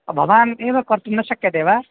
भवान् एव कर्तुं न शक्यते वा